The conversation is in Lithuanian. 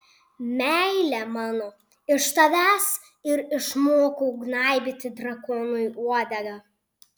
meile mano iš tavęs ir išmokau gnaibyti drakonui uodegą